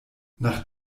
nach